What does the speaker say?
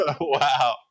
Wow